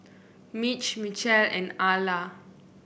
Mitch Michelle and Ala